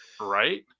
Right